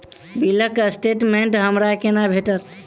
बिलक स्टेटमेंट हमरा केना भेटत?